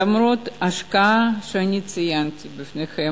למרות ההשקעה שאני ציינתי בפניכם,